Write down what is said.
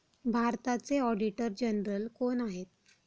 भारताचे auditor general कोण आहेत?